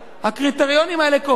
הקריטריונים האלה קובעים,